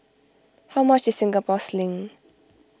how much is Singapore Sling